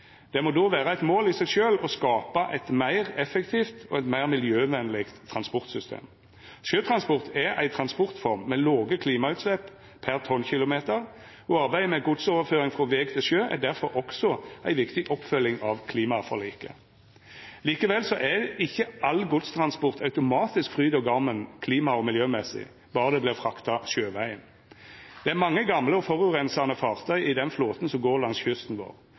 Det må då vera eit mål i seg sjølv å skapa eit meir effektivt og eit meir miljøvenleg transportsystem. Sjøtransport er ei transportform med låge klimautslepp per tonnkilometer, og arbeidet med godsoverføring frå veg til sjø er derfor også ei viktig oppfølging av klimaforliket. Likevel er ikkje all godstransport automatisk fryd og gaman klima- og miljømessig berre det vert frakta sjøvegen. Det er mange gamle og forureinande fartøy i den flåten som går langs kysten vår.